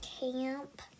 camp